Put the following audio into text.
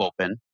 open